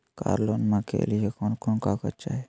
कार लोनमा के लिय कौन कौन कागज चाही?